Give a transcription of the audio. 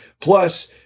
Plus